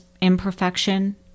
imperfection